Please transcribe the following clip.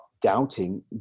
doubting